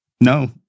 No